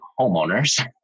homeowners